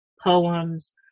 poems